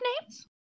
names